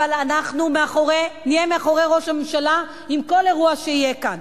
אבל אנחנו נהיה מאחורי ראש הממשלה עם כל אירוע שיהיה כאן,